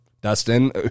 Dustin